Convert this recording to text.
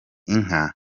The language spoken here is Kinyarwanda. inka